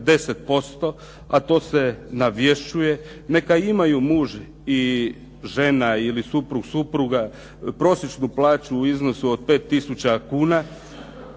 10% a to se navješćuje neka imaju muž i žena ili suprug, supruga prosječnu plaću u iznosu od 5 tisuća